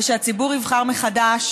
ושהציבור יבחר מחדש